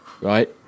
Right